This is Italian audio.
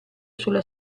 sulla